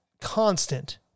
constant